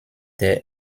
der